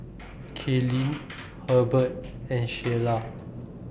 Kaylynn Herbert and Sheila